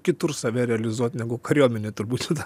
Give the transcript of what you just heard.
kitur save realizuot negu kariuomenėj turbūt